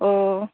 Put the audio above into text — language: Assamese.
অঁ